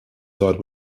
died